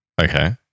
Okay